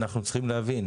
אנחנו צריכים להבין,